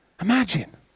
imagine